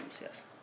yes